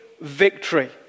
victory